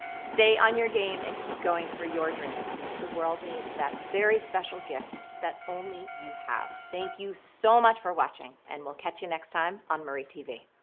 stay on your game and keep going for your dreams, because the world needs that very special gift that only you have. thank you so much for watching and we'll catch you next time on marietv.